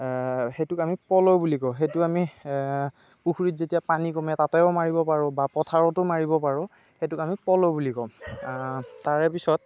সেইটোক আমি পল বুলি কওঁ সেইটোক আমি পুখুৰিত যেতিয়া পানী কমে তাতেও মাৰিব পাৰোঁ বা পথাৰতো মাৰিব পাৰোঁ সেইটোক আমি পল বুলি কম তাৰে পিছত